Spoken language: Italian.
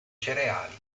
cereali